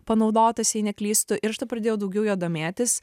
panaudotas jei neklystu ir aš ta pradėjau daugiau juo domėtis